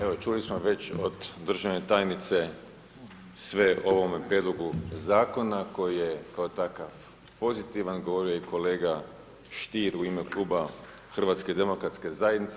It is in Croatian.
Evo, čuli smo već od državne tajnice sve o ovome prijedlogu Zakona koji je kao takav pozitivan, govorio je i kolega Stier u ime kluba HDZ-a.